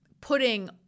putting